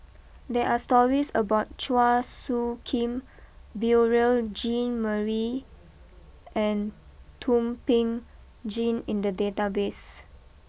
there are stories about Chua Soo Khim Beurel Jean Marie and Thum Ping Tjin in the database